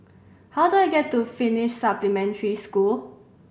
how do I get to Finnish Supplementary School